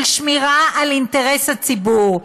של שמירה של אינטרס הציבור.